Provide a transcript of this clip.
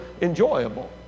enjoyable